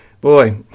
Boy